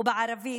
ובערבית: